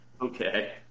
Okay